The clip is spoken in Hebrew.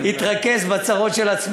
אני מציע שכל אחד יתרכז בצרות של עצמו.